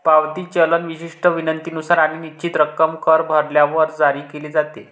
पावती चलन विशिष्ट विनंतीनुसार आणि निश्चित रक्कम कर भरल्यावर जारी केले जाते